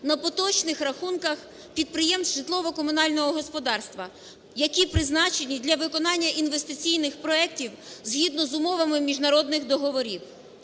на поточних рахунках підприємств житлово-комунального господарства, які призначені для виконання інвестиційних проектів, згідно з умовами міжнародних договорів.